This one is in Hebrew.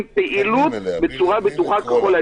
המבוגרים ובקבוצות סיכון עובדי ההוראה